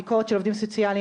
ביקורת של עובדים סוציאליים,